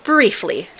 Briefly